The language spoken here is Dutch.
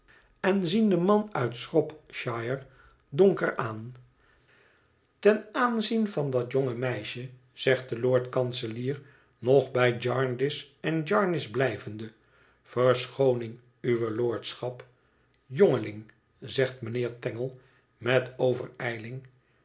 en zien den man uit shropshiro donker aan ten aanzien van dat jonge meisje zegt de lord-kanselier nog bij jarndyce en jarndyce blijvende verschooning uwe lordschap jongeling zegt mijnheer tangle met overijling